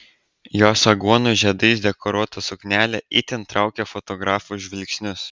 jos aguonų žiedais dekoruota suknelė itin traukė fotografų žvilgsnius